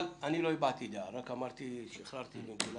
אני לא מביע דעה, אני רק משחרר ונטילציה.